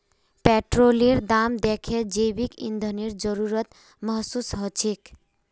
पेट्रोलेर दाम दखे जैविक ईंधनेर जरूरत महसूस ह छेक